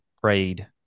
prayed